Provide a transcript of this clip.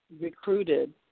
recruited